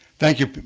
thank you,